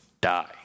die